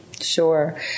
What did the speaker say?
Sure